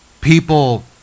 people